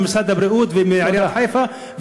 ממשרד הבריאות ומעיריית חיפה,